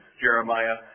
Jeremiah